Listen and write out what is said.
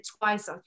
twice